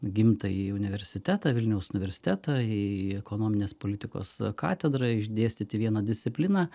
gimtąjį universitetą vilniaus universitetą į ekonominės politikos katedrą išdėstyti vieną discipliną